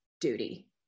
duty